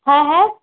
হ্যাঁ হ্যাঁ